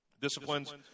Disciplines